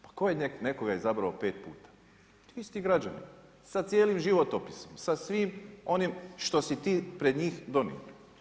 Pa tko je nekoga izabrao 5 puta, ti isti građani, sa cijelim životopisom, sa svim onim što si ti pred njih donio.